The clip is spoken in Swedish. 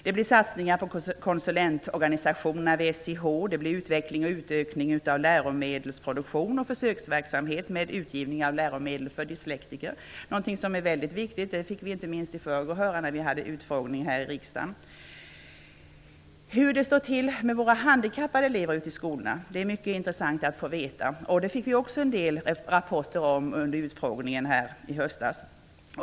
Det blir satsningar på konsulentorganisationerna vid SIH, det blir utveckling och utökning av läromedelsproduktion och försöksverksamhet med utgivning av läromedel för dyslektiker, något som är väldigt viktigt, vilket vi fick höra inte minst i förrgår, vid en utfrågning här i riksdagen. Hur det står till med våra handikappade elever ute i skolorna är mycket intressant att få veta. Också om detta fick vi en del rapporter under utfrågningen i höstas.